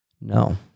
No